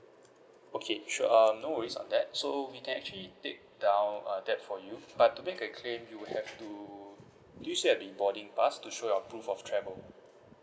okay sure um no worries on that so we can actually take down uh that for you but to make a claim you will have to do you still have the boarding pass to show your proof of travel